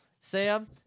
Sam